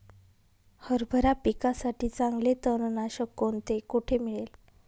हरभरा पिकासाठी चांगले तणनाशक कोणते, कोठे मिळेल?